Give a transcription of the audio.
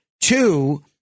Two